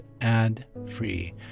ad-free